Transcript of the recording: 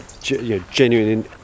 genuine